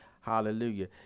Hallelujah